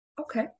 okay